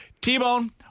T-Bone